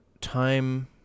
time